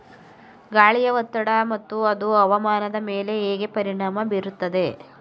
ಗಾಳಿಯ ಒತ್ತಡ ಮತ್ತು ಅದು ಹವಾಮಾನದ ಮೇಲೆ ಹೇಗೆ ಪರಿಣಾಮ ಬೀರುತ್ತದೆ?